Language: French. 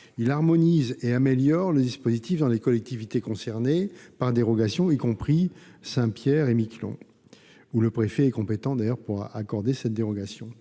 d'harmoniser et d'améliorer le dispositif dans les collectivités concernées par la dérogation, y compris à Saint-Pierre-et Miquelon où le préfet est compétent pour accorder cette dérogation.